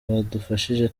badufashije